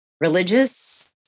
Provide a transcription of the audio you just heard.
religious